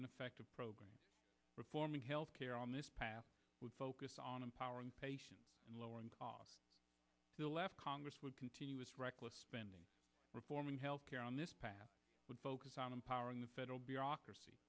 ineffective programs reforming health care on this path would focus on empowering patients and lowering the left congress would continue its reckless spending reforming health care on this path would focus on empowering the federal bureaucracy